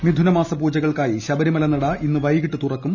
മിഥുന മാസ പൂജകൾക്കായി ശബരിമല നട ഇന്ന് വൈകിട്ട് തുറക്കും